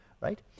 right